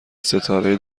ستاره